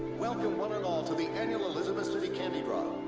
welcome, one and all, to the annual elizabeth city candy drop.